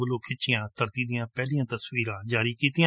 ਵੱਲੋਂ ਖਿੱਚੀਆਂ ਧਰਤੀ ਦੀਆਂ ਪਹਿਲੀਆਂ ਤਸਵੀਰਾਂ ਜਾਰੀ ਕੀਤੀਆਂ